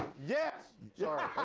yes.